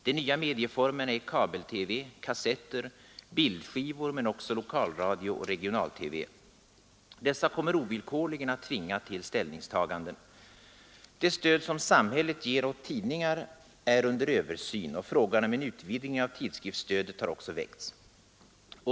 De nya medieformerna är kabel-TV, kassetter, bildskivor men också lokalradio och regional-TV. Dessa kommer ovillkorligen att tvinga till ställningstaganden. Det stöd som samhället ger åt tidningar är under översyn och frågan om en utvidgning av tidskriftsstödet har också väckts.